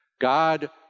God